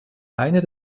einer